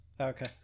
Okay